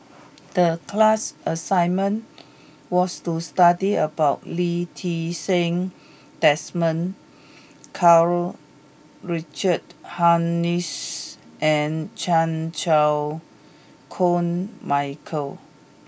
the class assignment was to study about Lee Ti Seng Desmond Karl Richard Hanitsch and Chan Chew Koon Michael